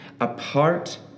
Apart